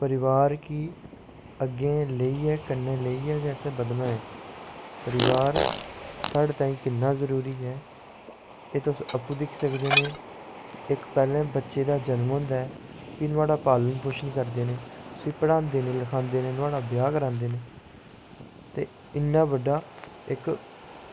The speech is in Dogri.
परिवार गी अग्गें लेइयै गै ते कन्नै लेइयै गे ते बधना ऐ परिवार साढ़े ताहीं किन्ना जरूरी ऐ एह् तुस आपूं दिक्खी सकदे न की पैह्लें बच्चे दा जन्म होंदा भी नुहाड़ा पालन पोषण करदे न उसी पढ़ांदे न लखांदे न नुहाड़ा ब्याह् करांदे न ते इन्ना बड्डा इक्क